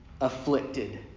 afflicted